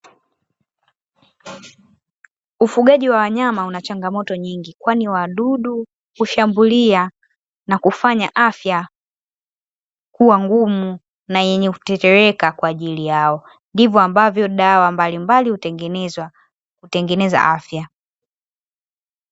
Ufugaji wa wanyama una changamoto nyingi. Kwani wadudu hushambulia na kufanya afya kua ngumu na yenye kutetereka kwa ajili yao. Ndivyo ambavyo dawa mbalimbali hutengenezwa kutengeneza afya.